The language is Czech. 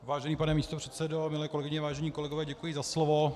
Vážený pane místopředsedo, milé kolegyně, vážení kolegové, děkuji za slovo.